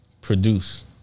produce